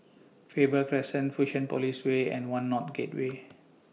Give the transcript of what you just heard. Faber Crescent Fusionopolis Way and one North Gateway